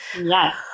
Yes